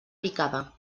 picada